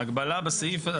ההגבלה הזאת, בסעיף הזה.